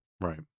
Right